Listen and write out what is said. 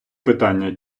питання